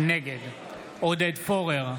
נגד עודד פורר,